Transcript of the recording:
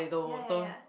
ya ya ya